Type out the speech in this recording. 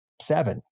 seven